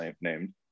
named